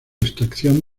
extracción